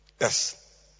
Yes